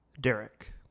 Derek